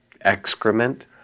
excrement